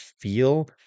feel